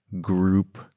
group